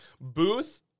Booth